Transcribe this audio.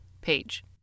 page